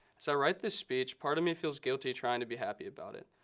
so write this speech, part of me feels guilty trying to be happy about it.